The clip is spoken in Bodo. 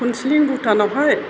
फुनसिलिं भुटानआवहाय